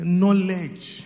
knowledge